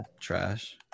Trash